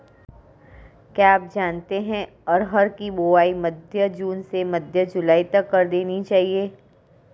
क्या आप जानते है अरहर की बोआई मध्य जून से मध्य जुलाई तक कर देनी चाहिये?